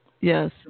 Yes